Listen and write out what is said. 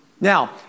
Now